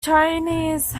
chinese